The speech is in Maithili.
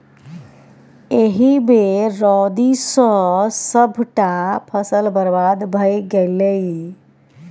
एहि बेर रौदी सँ सभटा फसल बरबाद भए गेलै